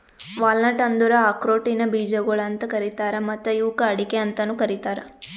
walnut ಅಂದುರ್ ಆಕ್ರೋಟಿನ ಬೀಜಗೊಳ್ ಅಂತ್ ಕರೀತಾರ್ ಮತ್ತ ಇವುಕ್ ಅಡಿಕೆ ಅಂತನು ಕರಿತಾರ್